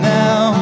now